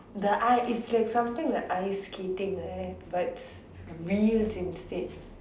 the I it's like something like ice skating like that but wheels instead